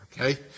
okay